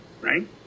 right